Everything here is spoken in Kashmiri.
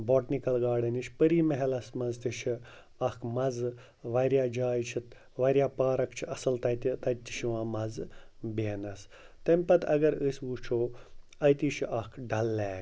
باٹنِکَل گاڈَن نِش پٔری محلَس منٛز تہِ چھِ اَکھ مَزٕ واریاہ جایہِ چھِ واریاہ پارَک چھِ اَصٕل تَتہِ تَتہِ تہِ چھِ یِوان مَزٕ بیٚہنَس تَمہِ پَتہٕ اگر أسۍ وٕچھو اَتی چھُ اَکھ ڈَل لیک